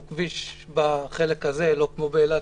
שהוא כביש בחלק הזה לא כמו באילת,